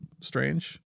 strange